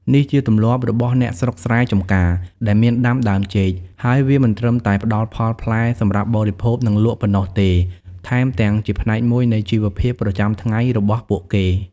នេះជាទម្លាប់របស់អ្នកស្រុកស្រែចំការដែលមានដាំដើមចេក ហើយវាមិនត្រឹមតែផ្ដល់ផលផ្លែសម្រាប់បរិភោគ និងលក់ប៉ុណ្ណោះទេ ថែមទាំងជាផ្នែកមួយនៃជីវភាពប្រចាំថ្ងៃរបស់ពួកគេ។។